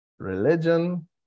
Religion